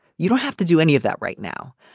you don't have to do any of that right now.